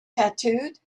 tattooed